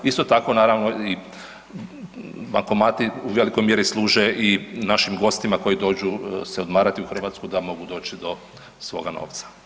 Isto tako naravno i bankomati u velikoj mjeri služe i našim gostima koji dođu se odmarati u Hrvatsku da mogu doći do svoga novca.